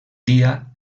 dia